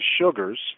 sugars